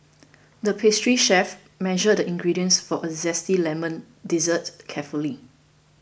the pastry chef measured the ingredients for a Zesty Lemon Dessert carefully